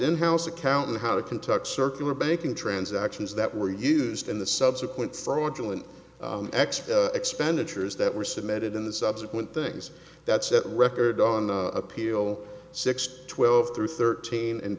in house accountant how to kentucky circular banking transactions that were used in the subsequent fraudulent extra expenditures that were submitted in the subsequent things that set the record on appeal six twelve through thirteen and